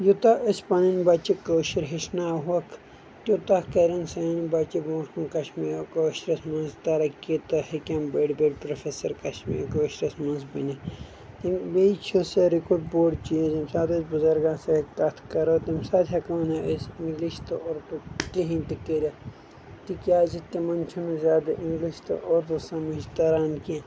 یوٗتاہ أسۍ پںٕںی بچہِ کٲشُر ہیٚچھناو ہوٚکھ تیوٗتاہ کرن سٲنۍ بچہِ برٛوںٛٹھ کُن کشمیٖر کٲشرِس منٛز ترقی تہٕ ہٮ۪کن بٔڈۍ بٔڈۍ پروفیسر کشمیٖر کٲشرِس منٛز بٔنِتھ تہٕ بیٚیہِ چھ ساروٕے کھۄتہٕ بوٚڈ چیٖز ییٚمہِ ساتہٕ أسۍ بُزرٕگَن سۭتۍ کتھ کرو تمہِ ساتہٕ ہٮ۪کو نہٕ أسۍ انگلش تہٕ ادروٗ کہیٖنۍ تہِ کٔرتھ تِکیٛازِ تِمن چھنہٕ زیادٕ انگلِش تہٕ اردوٗ سمٕجھ تران کینٛہہ